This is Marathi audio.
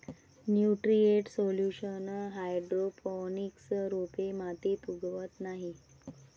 न्यूट्रिएंट सोल्युशन हायड्रोपोनिक्स रोपे मातीत उगवत नाहीत